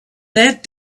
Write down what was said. that